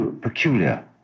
peculiar